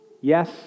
Yes